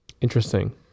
Interesting